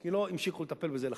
כי לא המשיכו לטפל בזה לחלוטין.